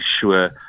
sure